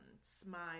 smile